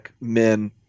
men